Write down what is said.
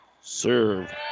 Serve